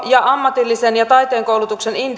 ja ammatillisen ja taiteen koulutuksen